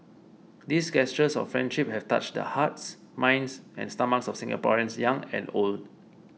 these gestures of friendship have touched the hearts minds and stomachs of Singaporeans young and old